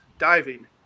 Diving